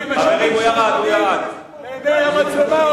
לעיני המצלמות,